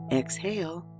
exhale